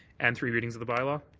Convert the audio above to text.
and three readings of the bylaw.